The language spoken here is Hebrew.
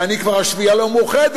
יעני כבר השביעייה לא מאוחדת.